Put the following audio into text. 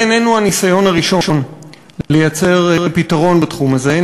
זה איננו הניסיון הראשון לייצר פתרון בתחום הזה.